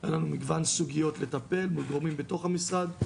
היה לנו מגוון סוגיות לטפל מול גורמים בתוך המשרד,